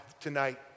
tonight